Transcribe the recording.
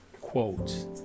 quotes